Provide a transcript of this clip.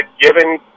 given